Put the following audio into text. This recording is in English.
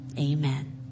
Amen